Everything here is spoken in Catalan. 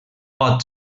pot